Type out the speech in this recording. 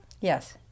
Yes